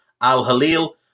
Al-Halil